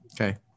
Okay